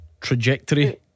trajectory